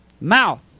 Mouth